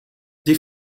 die